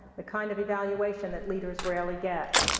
the kind of evaluation that leaders rarely get.